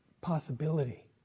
possibility